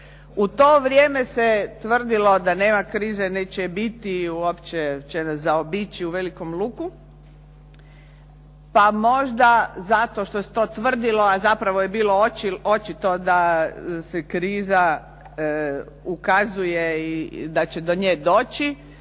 U to vrijeme se tvrdilo da nema krize, niti će je biti, uopće će nas zaobići u velikom luku. Pa možda zato što se to tvrdilo a zapravo je bilo očito da se kriza ukazuje i da će do nje doći,